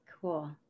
cool